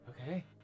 Okay